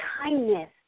kindness